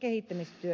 kehittämistyön kannalta